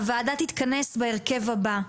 הוועדה תתכנס בהרכב הבא: